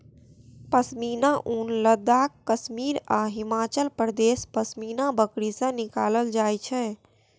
पश्मीना ऊन लद्दाख, कश्मीर आ हिमाचल प्रदेशक पश्मीना बकरी सं निकालल जाइ छै